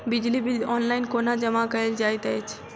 बिजली bill online कोना जमा कएल जाइत अछि?